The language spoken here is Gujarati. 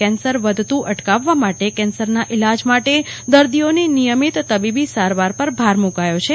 કેન્સર વધતું અટકાવવા માટે કેન્સરના ઇલાજ માટે દર્દીઓની નિયમિત તબીબી સારવાર પર ભાર મૂક્યો છે